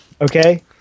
Okay